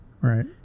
right